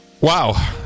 wow